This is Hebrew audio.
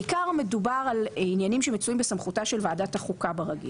בעיקר מדובר על עניינים שמצויים בסמכותה של ועדת החוקה ברגיל.